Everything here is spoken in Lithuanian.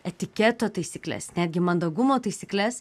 etiketo taisykles netgi mandagumo taisykles